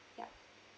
ya